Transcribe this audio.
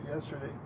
yesterday